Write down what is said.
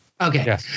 Okay